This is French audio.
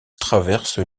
traverse